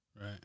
Right